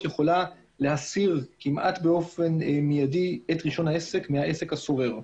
יכולה להסיר כמעט באופן מיידי את רישיון העסק מהעסק הסורר.